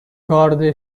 گارد